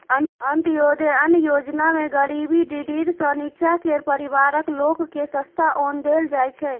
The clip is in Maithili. अंत्योदय अन्न योजनामे गरीबी डिडीर सँ नीच्चाँ केर परिबारक लोककेँ सस्ता ओन देल जाइ छै